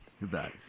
Goodbye